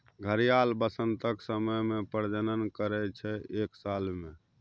घड़ियाल बसंतक समय मे प्रजनन करय छै एक साल मे